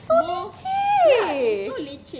so leceh